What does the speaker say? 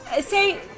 say